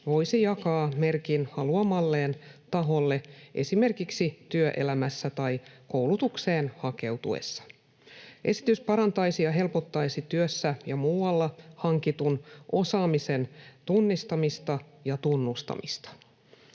voisi jakaa merkin haluamalleen taholle, esimerkiksi työelämässä tai koulutukseen hakeutuessa. Esitys parantaisi ja helpottaisi työssä ja muualla hankitun osaamisen tunnistamista ja tunnustamista.